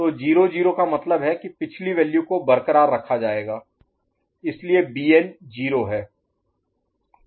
तो 0 0 का मतलब है कि पिछली वैल्यू को बरकरार रखा जाएगा इसलिए Bn 0 है